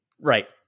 Right